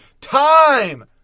Time